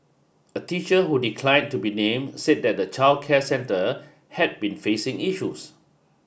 a teacher who declined to be named said that the childcare centre had been facing issues